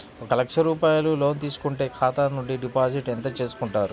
ఒక లక్ష రూపాయలు లోన్ తీసుకుంటే ఖాతా నుండి డిపాజిట్ ఎంత చేసుకుంటారు?